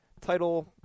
title